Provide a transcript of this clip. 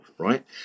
Right